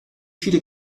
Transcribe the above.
viele